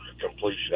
completion